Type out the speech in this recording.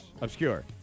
obscure